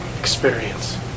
experience